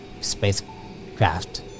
spacecraft